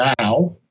now